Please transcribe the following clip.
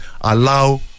Allow